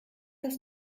das